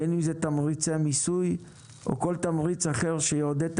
בין אם זה תמריצי מיסוי או כל תמריץ אחר שיעודד את